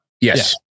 Yes